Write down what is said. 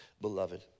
beloved